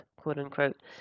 quote-unquote